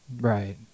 Right